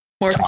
More